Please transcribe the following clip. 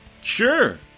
Sure